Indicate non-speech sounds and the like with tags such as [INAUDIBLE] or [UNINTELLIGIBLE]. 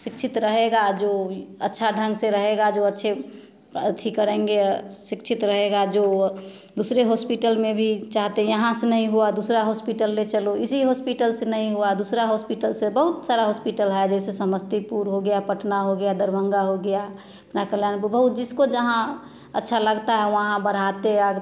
शिक्षित रहेगा जो अच्छा ढंग से रहेगा जो अच्छे ऐथी करेंगे शिक्षित रहेगा जो दूसरे हॉस्पिटल में भी चाहते यहाँ से नहीं हुआ दूसरा हॉस्पिटल ले चलो इसी हॉस्पिटल से नहीं हुआ दूसरा हॉस्पिटल से बहुत सारा हॉस्पिटल है जैसे समस्तीपुर हो गया पटना हो गया दरभंगा हो गया ना [UNINTELLIGIBLE] जिसको जहाँ अच्छा लगता है वहाँ बढ़ाते आग